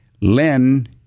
Len